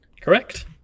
Correct